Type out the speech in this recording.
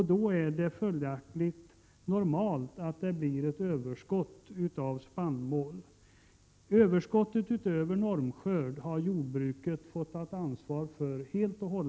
Då är det följaktligen normalt att det blir ett överskott på spannmål. För överskottet utöver normskörd har jordbruket helt och hållet självt fått ta ansvaret, men det finns ingen Prot.